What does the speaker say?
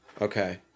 Okay